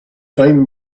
time